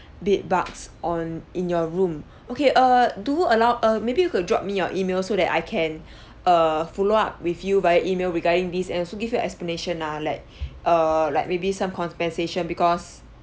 bed bugs on in your room okay err do allow uh maybe you could drop me your email so that I can err follow up with you via email regarding this and so give you an explanation lah like err like maybe some compensation because